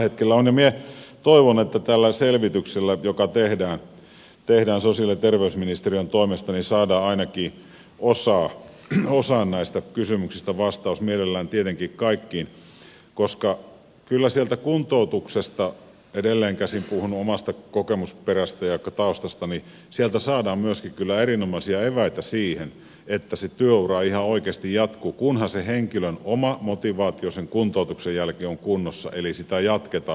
minä toivon että tällä selvityksellä joka tehdään sosiaali ja terveysministeriön toimesta saadaan ainakin osaan näistä kysymyksistä vastaus mielellään tietenkin kaikkiin koska kyllä sieltä kuntoutuksesta edelleenkäsin puhun omasta kokemusperästä ja taustastani saadaan myöskin erinomaisia eväitä siihen että se työura ihan oikeasti jatkuu kunhan sen henkilön oma motivaatio sen kuntoutuksen jälkeen on kunnossa eli sitä jatketaan